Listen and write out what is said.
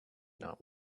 not